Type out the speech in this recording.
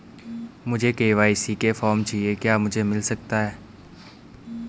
मुझे के.वाई.सी का फॉर्म चाहिए क्या मुझे मिल सकता है?